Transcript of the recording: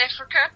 Africa